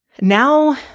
Now